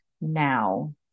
now